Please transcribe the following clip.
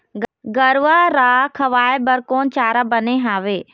गरवा रा खवाए बर कोन चारा बने हावे?